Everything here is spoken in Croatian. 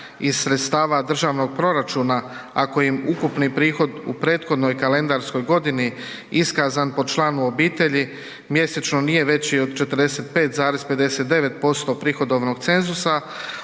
iz sredstava državnog proračuna ako im ukupni prihod u prethodnoj kalendarskoj godini iskazan po članu obitelji mjesečno nije veći od 45,59% prihodovnog cenzusa